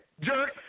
Jerk